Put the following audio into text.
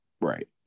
Right